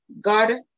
God